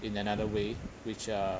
in another way which uh